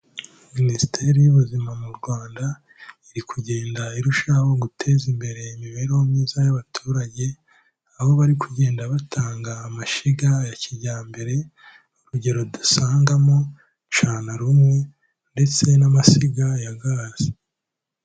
Minisiteri y'ubuzima mu Rwanda, iri kugenda irushaho guteza imbere imibereho myiza y'abaturage, aho bari kugenda batanga amashyiga ya kijyambere, urugero dusangamo cana rumwe ndetse n'amashyiga ya gazi.